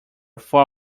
four